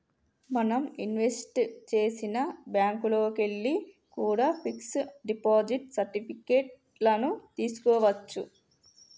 మనం ఇన్వెస్ట్ చేసిన బ్యేంకుల్లోకెల్లి కూడా పిక్స్ డిపాజిట్ సర్టిఫికెట్ లను తీస్కోవచ్చు